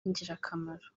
y’ingirakamaro